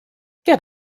get